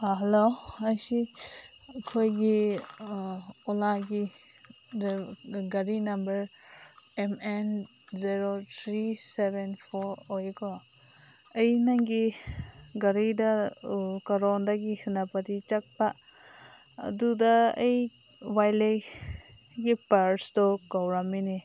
hello ꯑꯁꯤ ꯑꯩꯈꯣꯏꯒꯤ ꯑꯣꯜꯂꯥꯒꯤ ꯒꯥꯔꯤ number M N zero three seven four ꯑꯣꯏꯌꯦꯀꯣ ꯑꯩ ꯅꯪꯒꯤ ꯒꯥꯔꯤꯗ ꯀꯥꯔꯣꯡꯗꯒꯤ ꯁꯦꯅꯥꯄꯇꯤ ꯆꯠꯄ ꯑꯗꯨꯗ ꯑꯩ ꯋꯥꯜꯂꯦꯠꯒꯤ ꯄꯔꯁꯇꯣ ꯀꯥꯎꯔꯝꯃꯦꯅꯦ